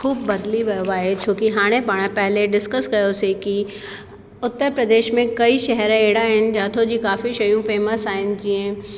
ख़ूब बदली वियो आहे छोकि हाणे पहिले डिसकस कयोसीं कि उत्तर प्रदेश में कई शहर अहिड़ा आहिनि जिथां जी काफ़ी शयूं फ़ेमस आहिनि जीअं